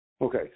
Okay